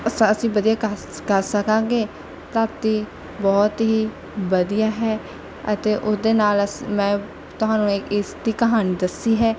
ਅਸ ਅਸੀਂ ਵਧੀਆ ਕਰ ਕਰ ਸਕਾਂਗੇ ਧਰਤੀ ਬਹੁਤ ਹੀ ਵਧੀਆ ਹੈ ਅਤੇ ਉਹਦੇ ਨਾਲ ਅਸ ਮੈਂ ਤੁਹਾਨੂੰ ਇਹ ਇਸਦੀ ਕਹਾਣੀ ਦੱਸੀ ਹੈ